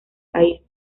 país